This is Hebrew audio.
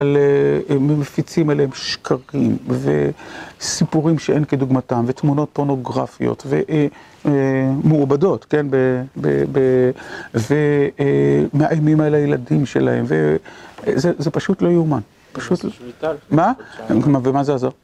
הם מפיצים עליהם שקרים, וסיפורים שאין כדוגמתם, ותמונות פורנוגרפיות, ו... מעובדות, כן? ב... ב... ומאיימים על הילדים שלהם, ו... זה, זה פשוט לא יאומן. פשוט... -נעשה שביתה? -מה? ומה זה יעזור?